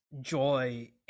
joy